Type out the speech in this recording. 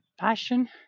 passion